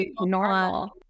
normal